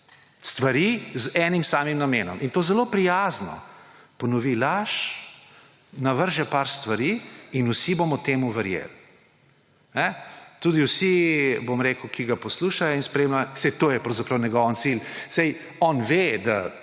stvari z enim samim namenom, in to zelo prijazno ponovi laž, navrže nekaj stvari in vsi bomo temu verjeli. Tudi vsi, ki ga poslušajo in spremljajo, saj to je pravzaprav njegov cilj, saj on ve, da